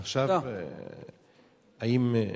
עכשיו, האם,